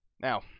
Now